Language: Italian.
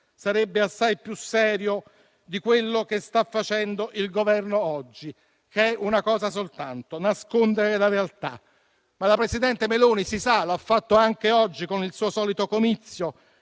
Sarebbe assai più serio di quello che sta facendo il Governo oggi, che è una cosa soltanto: nascondere la realtà. Ma la presidente Meloni, si sa - come ha fatto anche oggi con il suo solito comizio